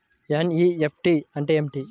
NEFT అంటే ఏమిటీ?